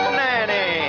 nanny